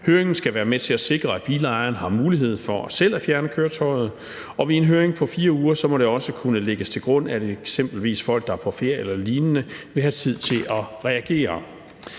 Høringen skal være med til at sikre, at bilejeren har mulighed for selv at fjerne køretøjet. Ved en høring på 4 uger må det også kunne lægges til grund, at eksempelvis folk, der er på ferie eller lignende, vil have tid til at reagere.